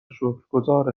شکرگزار